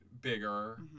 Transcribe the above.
bigger